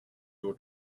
your